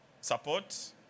support